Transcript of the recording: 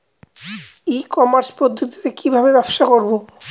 ই commerce পদ্ধতিতে কি ভাবে ব্যবসা করব?